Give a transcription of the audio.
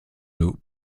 nos